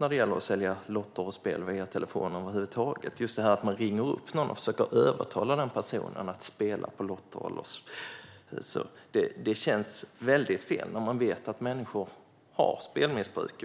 mot att sälja lotter och spel via telefon. Att man ringer upp någon och försöker att övertala den personen att köpa lotter känns väldigt fel när man vet att det finns människor som har spelmissbruk.